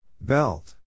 Belt